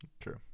True